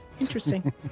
Interesting